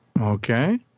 Okay